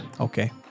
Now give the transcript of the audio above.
Okay